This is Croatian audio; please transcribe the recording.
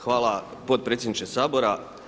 Hvala potpredsjedniče Sabora.